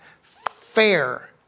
fair